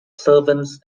servants